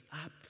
up